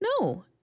No